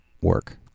work